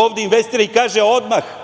ovde investira i kaže – odmah